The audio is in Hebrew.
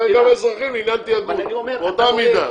באותה מידה,